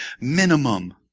minimum